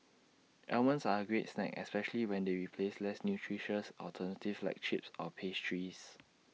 almonds are A great snack especially when they replace less nutritious alternatives like chips or pastries